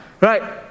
Right